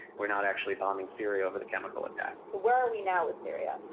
we're not actually bombing syria over the chemical attacks. so where are we now with syria?